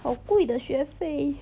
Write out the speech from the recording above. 好贵的学费